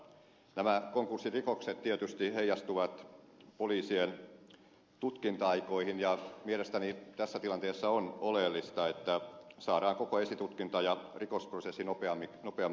nämä konkurssirikokset tietysti heijastuvat poliisien tutkinta aikoihin ja mielestäni tässä tilanteessa on oleellista että saadaan koko esitutkinta ja rikosprosessi nopeammaksi ja tehokkaammaksi